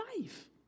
life